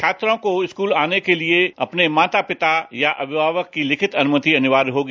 छात्रों को स्कूल आने के लिए अपने माता पिता या अभिभावक की लिखित अनुमति अनिवार्य होगी